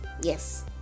Yes